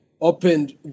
opened